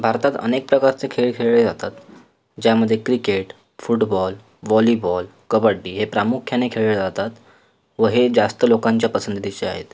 भारतात अनेक प्रकारचे खेळ खेळले जातात ज्यामध्ये क्रिकेट फुटबॉल वॉलीबॉल कबड्डी हे प्रामुख्याने खेळले जातात व हे जास्त लोकांच्या पसंतीचे आहेत